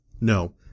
No